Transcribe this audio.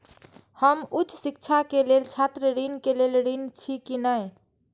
हम उच्च शिक्षा के लेल छात्र ऋण के लेल ऋण छी की ने?